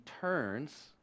turns